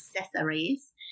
accessories